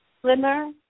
slimmer